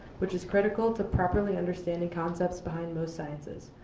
which is critical to properly understanding concepts behind most sciences.